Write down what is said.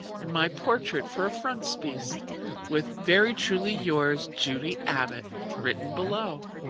and my portrait for a frontispiece with, very truly yours, judy abbott written below.